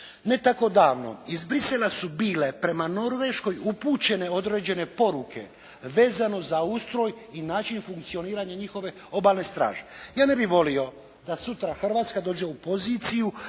ne tako davno iz Bruxellesa su bile prema Norveškoj upućene određene poruke vezano za ustroj i način funkcioniranja njihove obalne straže. Ja ne bih volio da sutra Hrvatska dođe u poziciju